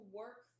work